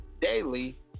daily